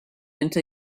into